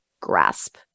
grasp